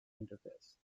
interface